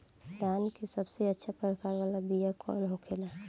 धान के सबसे अच्छा प्रकार वाला बीया कौन होखेला?